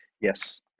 Yes